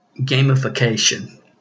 gamification